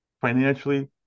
financially